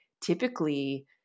typically